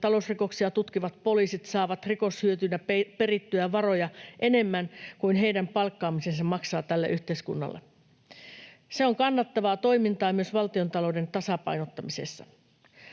Talousrikoksia tutkivat poliisit saavat rikoshyötynä perittyä varoja enemmän kuin heidän palkkaamisensa maksaa tälle yhteiskunnalle. Se on kannattavaa toimintaa myös valtiontalouden tasapainottamisessa.